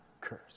curse